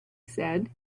said